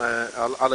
הודתה